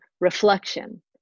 reflection